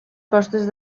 costes